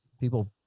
people